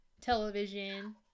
Television